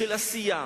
של עשייה,